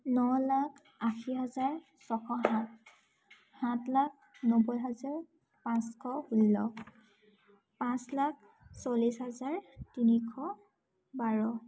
ন লাখ আশী হাজাৰ ছশ সাত সাত লাখ নব্বৈ হাজাৰ পাঁচশ ষোল্ল পাঁচ লাখ চল্লিছ হাজাৰ তিনিশ বাৰ